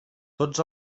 tots